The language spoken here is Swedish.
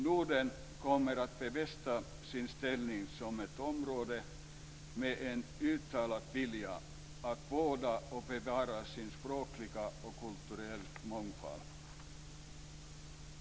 Norden kommer att befästa sin ställning som ett område med en uttalad vilja att vårda och bevara sin språkliga och kulturella mångfald.